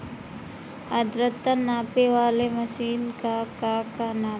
आद्रता नापे वाली मशीन क का नाव बा?